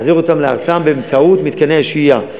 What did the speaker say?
להחזיר אותם לארצם באמצעות מתקני השהייה.